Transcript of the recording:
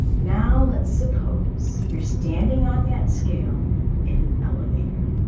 now let's suppose you're standing on that scale in an elevator.